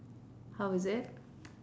how is it